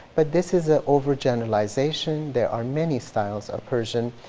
but, this is an over-generalization there are many styles of persian.